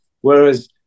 Whereas